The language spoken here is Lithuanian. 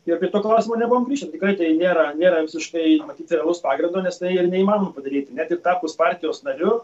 ir prie to klauismo nebuvom grįžę tikrai tai nėra nėra visiškai matyt realaus pagrindo nes tai ir neįmanoma padaryti net ir tapus partijos nariu